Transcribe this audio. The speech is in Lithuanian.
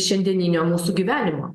šiandieninio mūsų gyvenimo